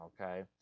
okay